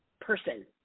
person